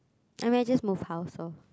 I may just move house so